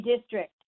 district